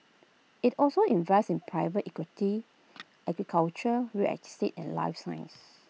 IT also invests in private equity agriculture real etic sit and life science